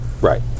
Right